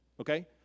Okay